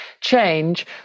change